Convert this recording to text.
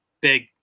big